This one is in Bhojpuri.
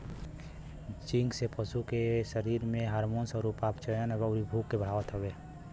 जिंक से पशु के शरीर में हार्मोन, उपापचयन, अउरी भूख के बढ़ावत हवे